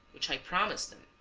which i promised them.